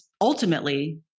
ultimately